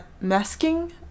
masking